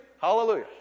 Hallelujah